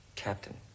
Captain